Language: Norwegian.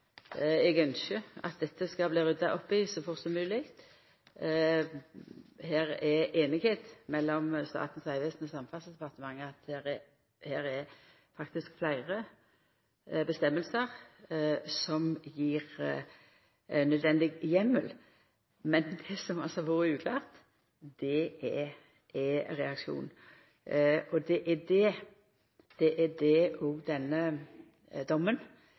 eg ynskjer at dette skal bli rydda opp i så fort som mogleg. Her er einigheit mellom Statens vegvesen og Samferdselsdepartementet om at det faktisk er fleire vedtak som gjev nødvendig heimel. Men det som har vore uklart, er reaksjonen. Det er òg det denne dommen